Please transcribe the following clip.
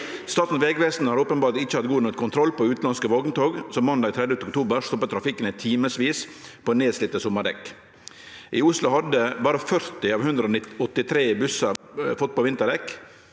Statens vegvesen har åpenbart ikke hatt god nok kontroll på utenlandske vogntog som mandag 30. oktober stoppet trafikken i timevis på nedslitte sommerdekk. I Oslo hadde bare 40 av 183 busser fått på vinterdekk.